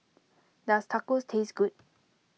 does Tacos taste good